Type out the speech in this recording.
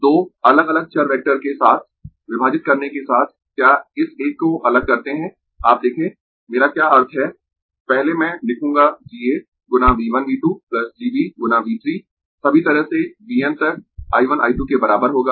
दो अलग अलग चर वेक्टर के साथ विभाजित करने के साथ क्या इस एक को अलग करते है आप देखें मेरा क्या अर्थ है पहले मैं लिखूंगा G A गुना V 1 V 2 G B गुना V 3 सभी तरह से V n तक I 1 I 2 के बराबर होगा